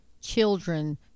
children